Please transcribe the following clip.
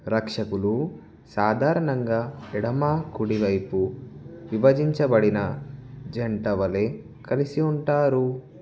రక్షకులు సాధారణంగా ఎడమ కుడివైపు విభజించబడిన జంట వలె కలిసి ఉంటారు